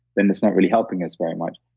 then it's not really helping us very much.